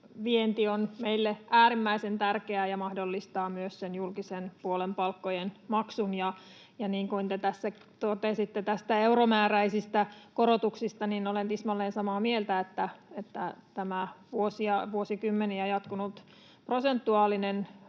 vienti on meille äärimmäisen tärkeää ja mahdollistaa myös julkisen puolen palkkojen maksun. Niin kuin te tässä totesitte näistä euromääräisistä korotuksista, niin olen tismalleen samaa mieltä, että tämä vuosia ja vuosikymmeniä jatkunut prosentuaalinen